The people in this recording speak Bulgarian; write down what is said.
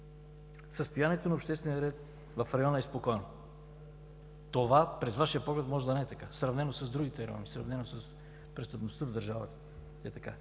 Състоянието на обществения ред – в района е спокойно. Това през Вашия поглед може да не е така. Сравнено с другите райони, сравнено с престъпността в държавата, е така.